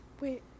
Wait